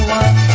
one